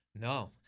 No